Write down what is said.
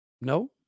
No